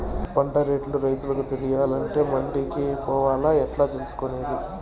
పంట రేట్లు రైతుకు తెలియాలంటే మండి కే పోవాలా? ఎట్లా తెలుసుకొనేది?